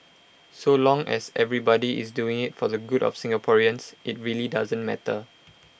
so long as everybody is doing IT for the good of Singaporeans IT really doesn't matter